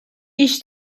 i̇ş